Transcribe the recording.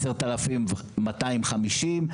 10,250,